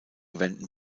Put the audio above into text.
wenden